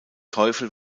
teufel